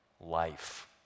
life